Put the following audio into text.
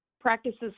Practices